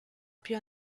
più